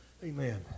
Amen